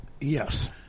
yes